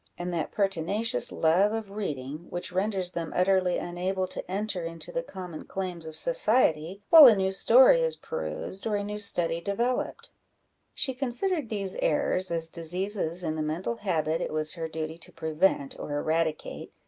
and that pertinacious love of reading, which renders them utterly unable to enter into the common claims of society, while a new story is perused, or a new study developed she considered these errors as diseases in the mental habit it was her duty to prevent or eradicate,